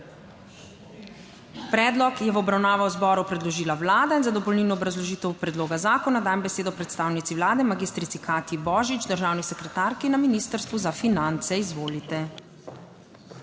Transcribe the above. Predlog je v obravnavo zboru predložila Vlada in za dopolnilno obrazložitev predloga zakona dajem besedo predstavnici Vlade, magistrici Katji Božič, državni sekretarki na Ministrstvu za finance. Izvolite.